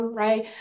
right